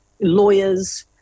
lawyers